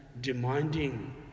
demanding